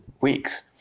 weeks